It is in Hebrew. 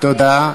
תודה.